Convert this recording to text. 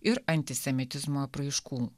ir antisemitizmo apraiškų